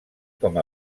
com